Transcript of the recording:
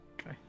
Okay